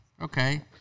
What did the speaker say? Okay